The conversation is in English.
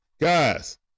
guys